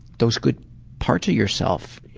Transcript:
those good parts of yourself.